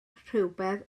rhywbeth